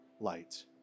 light